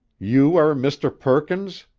you are mr. perkins?